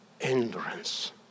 endurance